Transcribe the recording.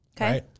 Okay